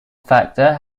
factor